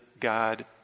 God